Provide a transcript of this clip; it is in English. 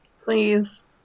Please